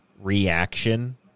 reaction